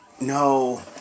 no